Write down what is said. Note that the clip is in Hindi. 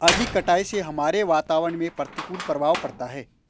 अधिक कटाई से हमारे वातावरण में प्रतिकूल प्रभाव पड़ता है